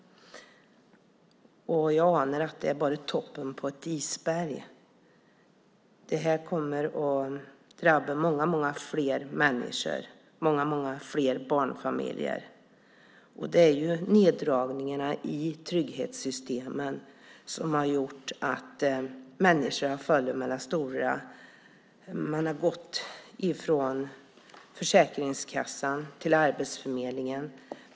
Jag anar att det bara är toppen på ett isberg. Det kommer att drabba många fler människor och barnfamiljer. Det är neddragningarna i trygghetssystemen som har gjort att människor har fallit mellan stolarna. De har gått från Försäkringskassan till Arbetsförmedlingen.